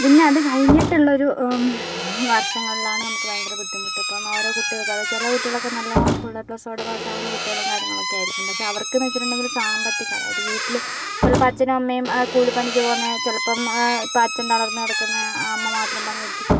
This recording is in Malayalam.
പിന്നെ അത് കഴിഞ്ഞിട്ടുള്ള ഒരു വർഷങ്ങളിലാണ് നമുക്ക് ഭയങ്കര ബുദ്ധിമുട്ട് ഇപ്പം ഓരോ കുട്ടികൾക്കും അതായത് ചില കുട്ടികളൊക്കെ നല്ലോണം ഫുൾ എ പ്ലസ് ഓടെ പാസാകുന്ന കുട്ടികളും കാര്യങ്ങളൊക്കെ ആയിരിക്കും പക്ഷേ അവർക്കെന്ന് വച്ചിട്ടുണ്ടെങ്കിൽ സാമ്പത്തിക അതായത് വീട്ടില് ചിലപ്പോൾ അച്ഛനും അമ്മയും കൂലിപ്പണി പോകുന്ന ചെലപ്പം ഇപ്പ അച്ഛൻ തളർന്നു കിടക്കുന്ന അമ്മ മാത്രം പണിയെടുത്ത്